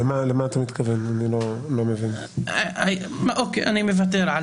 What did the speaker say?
אתה מתעלם מהעובדה הזאת שהם בסך הכול אנשי מקצוע שנבחרו על ידי